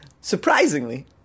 Surprisingly